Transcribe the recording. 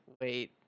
wait